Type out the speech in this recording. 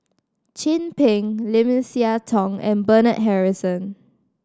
Chin Peng Lim Siah Tong and Bernard Harrison